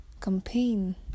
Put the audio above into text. campaign